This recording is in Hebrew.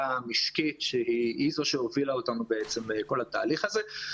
המשקית היא זו שהובילה אותנו בעצם לכל התהליך הזה.